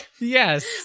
Yes